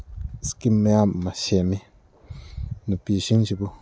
scheme ꯃꯌꯥꯝ ꯑꯃ ꯁꯦꯝꯃꯤ ꯅꯨꯄꯤꯁꯤꯡꯁꯤꯕꯨ